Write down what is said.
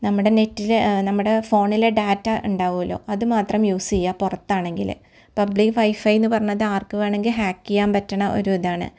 നമ്മുടെ നെറ്റിലെ നമ്മുടെ ഫോണിലെ ഡാറ്റ ഉണ്ടാവുമല്ലൊ അത് മാത്രം യൂസ് ചെയ്യുക പുറത്താണെങ്കിൽ പബ്ലിക് വൈഫൈ എന്ന് പറഞ്ഞത് ആർക്ക് വേണമെങ്കിൽ ഹാക്ക് ചെയ്യാൻ പറ്റുന്ന ഒരു ഇതാണ്